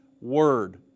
word